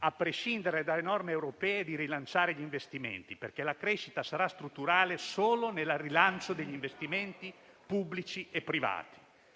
a prescindere dalle norme europee, di rilanciare gli investimenti, perché la crescita sarà strutturale solo nel rilancio degli investimenti pubblici e privati.